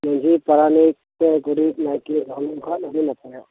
ᱢᱟᱹᱡᱷᱤ ᱯᱟᱨᱟᱱᱤᱠ ᱜᱚᱰᱮᱛ ᱱᱟᱭᱠᱮ ᱠᱚ ᱛᱟᱦᱮᱹ ᱞᱮᱱ ᱠᱷᱟᱱ ᱟᱹᱰᱤ ᱱᱟᱯᱟᱭᱚᱜᱼᱟ